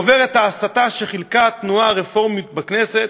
"חוברת ההסתה" שחילקה התנועה הרפורמית בכנסת: